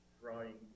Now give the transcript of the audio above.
drawing